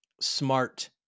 smart